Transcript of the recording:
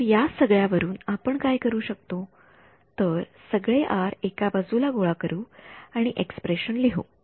तर या सगळ्या वरून आपण काय करू शकतो तर सगळे आर एका बाजूला गोळा करू आणि एक्स्प्रेशन लिहू